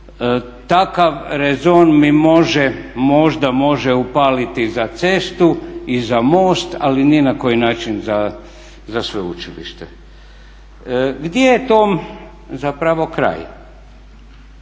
Takav rezon mi može, možda može upaliti za cestu i za most, ali ni na koji način za sveučilište. Gdje je tom zapravo kraj?